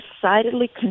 decidedly